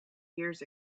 years